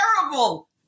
terrible